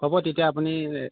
হ'ব তেতিয়া আপুনি